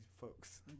folks